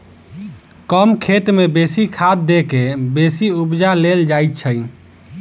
कम खेत मे बेसी खाद द क बेसी उपजा लेल जाइत छै